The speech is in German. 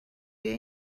wir